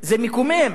זה מקומם.